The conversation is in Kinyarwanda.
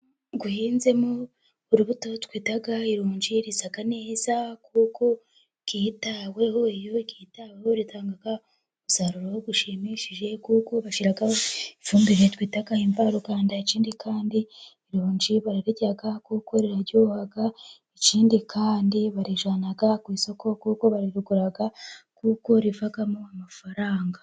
Guhinzemo urubuto twita ironji risa neza kuko ryitaweho, iyo ryitaweho ritanga umusaruro ushimishije, kuko bashyiraho ifumbire twita imvaruganda, ikindi kandi ironji bararirya kuko riraryoha, ikindi kandi barijyana ku isoko kuko barigura kuko rivamo amafaranga.